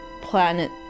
planet